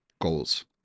goals